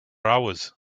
hours